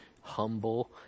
humble